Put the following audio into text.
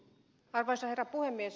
arvoisa herra puhemies